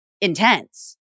intense